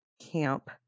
camp